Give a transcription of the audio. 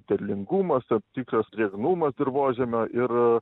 derlingumas tam tikras drėgnumas dirvožemio ir